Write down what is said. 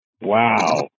Wow